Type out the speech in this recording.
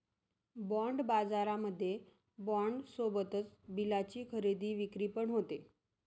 bond बाजारामध्ये bond सोबतच बिलाची खरेदी विक्री पण होते